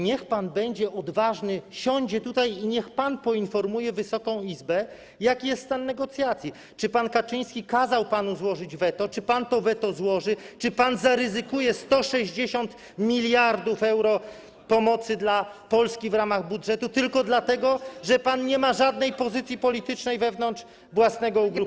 Niech pan będzie odważny, siądzie tutaj i poinformuje Wysoką Izbę, jaki jest stan negocjacji, czy pan Kaczyński kazał panu złożyć weto, czy pan to weto złoży, czy pan zaryzykuje 160 mld euro pomocy dla Polski w ramach budżetu tylko dlatego, że pan nie ma żadnej pozycji politycznej wewnątrz własnego ugrupowania.